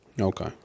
Okay